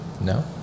No